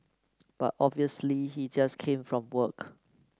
but obviously he just came from work